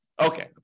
Okay